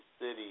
city